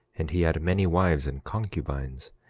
and he had many wives and concubines.